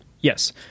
Yes